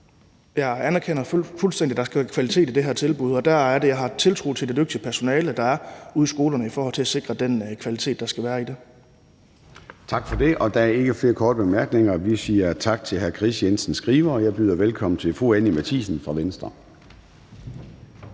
Jeg anerkender fuldstændig, at der skal være kvalitet i det her tilbud, og der er det, jeg har tiltro til det dygtige personale, der er ude i skolerne, altså i forhold til at sikre den kvalitet, der skal være i det. Kl. 13:52 Formanden (Søren Gade): Tak for det. Der er ikke flere korte bemærkninger, og vi siger tak til hr. Kris Jensen Skriver. Jeg byder velkommen til fru Anni Matthiesen fra Venstre.